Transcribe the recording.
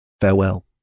Farewell